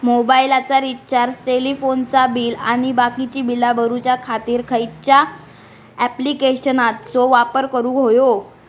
मोबाईलाचा रिचार्ज टेलिफोनाचा बिल आणि बाकीची बिला भरूच्या खातीर खयच्या ॲप्लिकेशनाचो वापर करूक होयो?